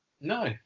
no